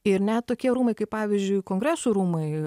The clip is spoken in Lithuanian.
ir net tokie rūmai kaip pavyzdžiui kongresų rūmai